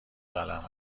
قلم